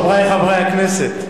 חברי חברי הכנסת,